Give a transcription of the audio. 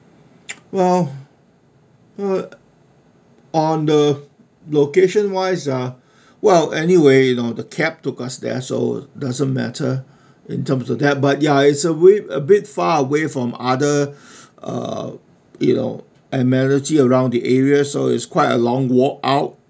well uh on location wise ah well anyway the cab took us there so doesn't matter in terms of that but ya it's a way a bit far away from other uh you know amenity around the area so it's quite a long walk out